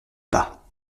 pas